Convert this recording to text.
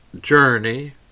journey